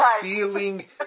feeling